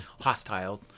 hostile